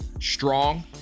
Strong